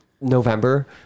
november